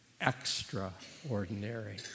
extraordinary